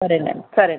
సరేనండి సరేనండి